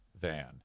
Van